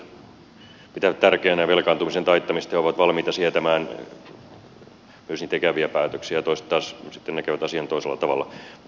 toiset pitävät tärkeänä velkaantumisen taittamista ja ovat valmiita sietämään myös niitä ikäviä päätöksiä toiset taas näkevät asian toisella tavalla